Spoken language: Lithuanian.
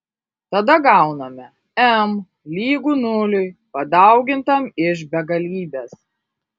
tada gauname m lygu nuliui padaugintam iš begalybės